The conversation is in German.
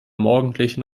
morgendlichen